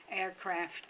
aircraft